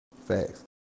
facts